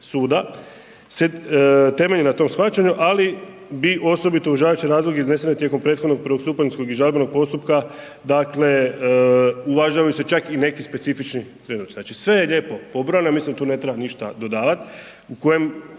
suda se temelji na tom shvaćanju ali bi osobito uvažavajući razloge iznesene tijekom prethodnog prvostupanjskog i žalbenog postupka, dakle uvažavaju se čak i neki specifični …/nerazumljivo/… Znači sve je lijepo pobrojano, ja mislim tu ne treba ništa dodavat, u kojem